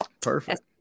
Perfect